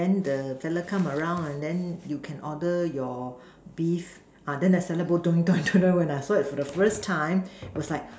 then the fella come around and then you can order your beef uh then the salad bowl when I heard for the first time was like